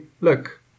look